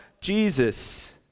Jesus